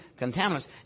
contaminants